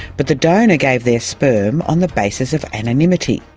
but the donor gave their sperm on the basis of anonymity?